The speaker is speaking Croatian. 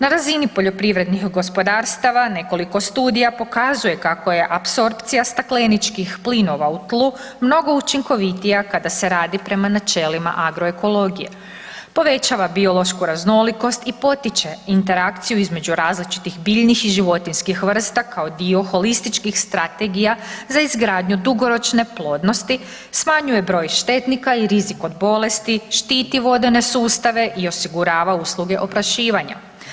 Na razini poljoprivrednih gospodarstava nekoliko studija pokazuje kako je apsorpcija stakleničkih plinova u tlu mnogo učinkovitija kada se radi prema načelima agroekologije, povećava biološku raznolikost i potiče interakciju između različitih biljnih i životinjskih vrsta kao dio holističkih strategija za izgradnju dugoročne plodnosti smanjuje broj štetnika i rizik od bolesti, štiti vodene sustave i osigurava usluge oprašivanja.